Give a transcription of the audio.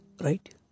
right